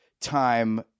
time